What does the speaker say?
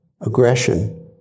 aggression